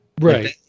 Right